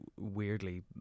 Weirdly